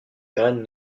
graines